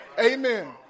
Amen